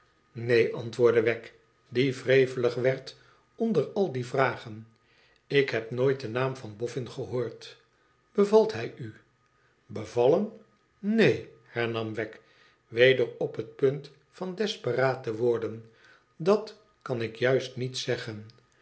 neen antwoordde wegg die wrevelig werd onder al die vragen ik heb nooit den naam van boffin gehoord ibevalthiju bevallen neen hernam wegg weder op het punt van desperaat te worden dat kan ik juist niet zeggen